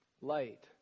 light